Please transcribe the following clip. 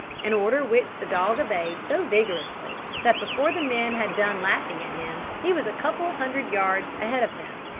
an order which the dog obeyed so vigorously that before the men had done laughing at him, he was a couple of hundred yards ahead of them.